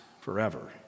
forever